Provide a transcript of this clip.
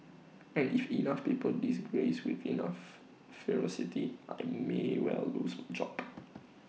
and if enough people disagrees with enough ferocity I may well lose my job